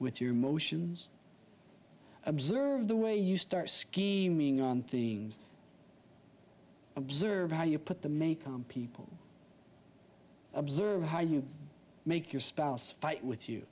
with your emotions observe the way you start scheming on things observe how you put the make on people observe how you make your spouse fight with you